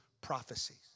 prophecies